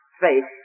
faith